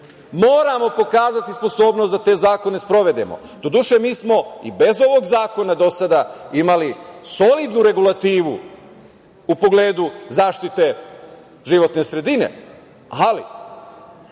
Moramo pokazati sposobnost da te zakone sprovedemo. Doduše, mi smo i bez ovog zakona do sada imali solidnu regulativu u pogledu zaštite životne sredine, ali